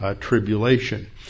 tribulation